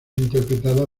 interpretada